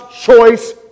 choice